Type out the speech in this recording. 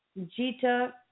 Jita